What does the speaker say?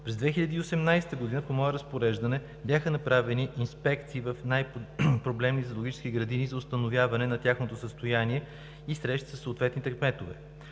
През 2018 г. по мое разпореждане бяха направени инспекции в най-проблемните зоологически градини за установяване на тяхното състояние и срещи със съответните кметове.